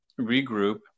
regroup